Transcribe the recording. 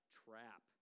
trap